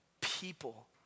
people